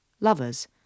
lovers